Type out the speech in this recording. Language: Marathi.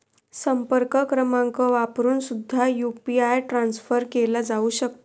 संपर्क क्रमांक वापरून सुद्धा यू.पी.आय ट्रान्सफर केला जाऊ शकता